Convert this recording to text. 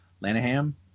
Lanham